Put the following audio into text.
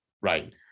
right